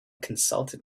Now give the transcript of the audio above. consulted